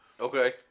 Okay